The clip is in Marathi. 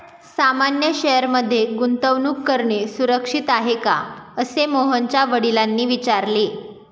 सामान्य शेअर मध्ये गुंतवणूक करणे सुरक्षित आहे का, असे मोहनच्या वडिलांनी विचारले